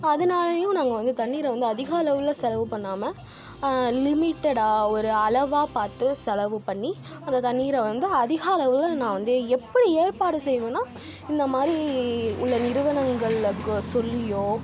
அதனாலயும் நாங்கள் வந்து தண்ணீரை வந்து அதிக அளவில் செலவு பண்ணாமல் லிமிட்டடா ஒரு அளவாக பார்த்து செலவு பண்ணி அந்த தண்ணீரை வந்து அதிக அளவில் நான் வந்து எப்படி ஏற்பாடு செய்வேனா இந்த மாதிரி உள்ள நிறுவனங்களுக்கு சொல்லியோ